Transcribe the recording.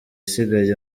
isigaye